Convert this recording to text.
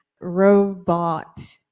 robot